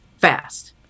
fast